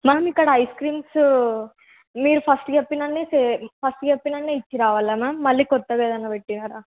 ma'am ఇక్కడ ice creams మీరు first చెప్పినన్ని ఫస్ట్ చెప్పినన్నే ఇచ్చిరావాలా మ్యామ్ మళ్ళీ కొత్తగా ఏదైనా పెట్టినారా